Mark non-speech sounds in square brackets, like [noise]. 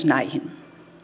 [unintelligible] näihin